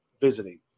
visiting